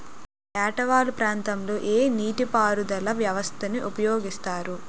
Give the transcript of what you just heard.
ఏట వాలు ప్రాంతం లొ ఏ నీటిపారుదల వ్యవస్థ ని ఉపయోగిస్తారు?